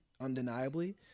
undeniably